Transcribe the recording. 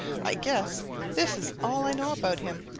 i guess this is all i know about him,